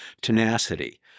tenacity